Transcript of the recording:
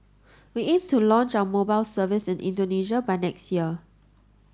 we aim to launch our mobile service in Indonesia by next year